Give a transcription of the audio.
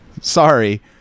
sorry